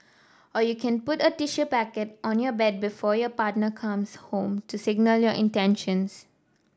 or you can put a tissue packet on your bed before your partner comes home to signal your intentions